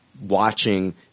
watching